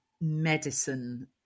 medicine